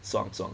爽爽